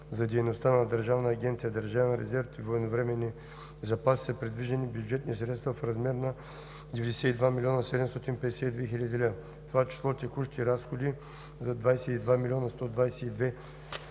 за дейността на Държавна агенция „Държавен резерв и военновременни запаси“ са предвидени бюджетни средства в размер на 92 млн. 752,1 хил. лв., в това число текущи разходи за 22 млн. 122,3 хил.